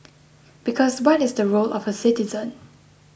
because what is the role of a citizen